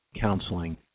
counseling